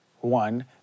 one